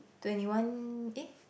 twenty one eh